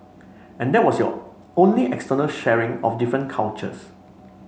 and that was your only external sharing of different cultures